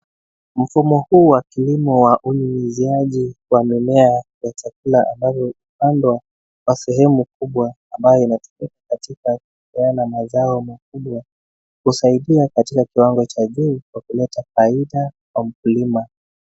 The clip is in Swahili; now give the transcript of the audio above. Mfumo huu wa kilimo wa unyunyuziaji wa mimea ya chakula ambayo hupandwa kwa sehemu kubwa ambayo inatumika katika kupeana mazao makubwa husaidia katika kiwango cha juu chakula cha kawaida kwa mkulima.